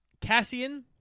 Cassian